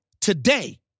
today